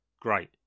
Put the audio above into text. great